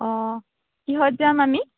অঁ কিহত যাম আমি